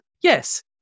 Yes